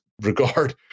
regard